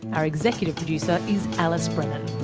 our executive producer is alice brennan.